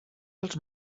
els